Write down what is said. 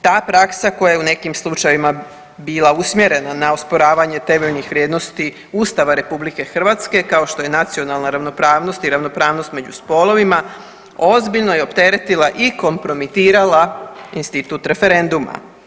Ta praksa koja je u nekim slučajevima bila usmjerena na osporavanje temeljnih vrijednosti Ustava RH kao što je nacionalna ravnopravnost i ravnopravnost među spolovima ozbiljno je opteretila i kompromitirala institut referenduma.